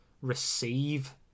receive